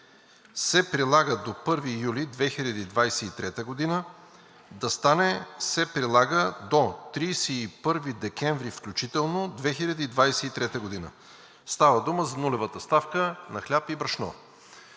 „се прилагат до 1 юли 2023 г.“ да стане „се прилага до 31 декември, включително 2023 г.“ Става дума за нулевата ставка на хляб и брашно.